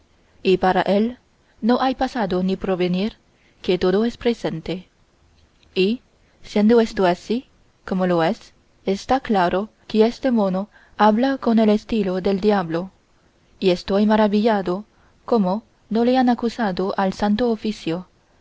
y para él no hay pasado ni porvenir que todo es presente y siendo esto así como lo es está claro que este mono habla con el estilo del diablo y estoy maravillado cómo no le han acusado al santo oficio